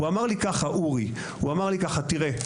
הוא, אורי, אמר לי: תראה,